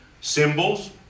symbols